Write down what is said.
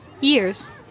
Years